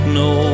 no